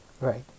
Right